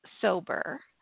sober